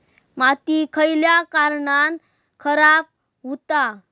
माती खयल्या कारणान खराब हुता?